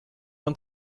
und